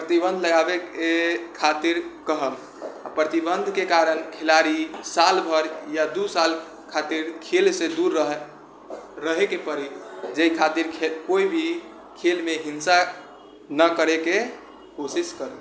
प्रतिबन्ध लगाबैके खातिर कहब प्रतिबन्धके कारण खेलाड़ी साल भरि या दू साल खातिर खेलसँ दूर रहै रहैके पड़ि जाहि खातिर कोइ भी खेलमे हिंसा नहि करैके कोशिश करै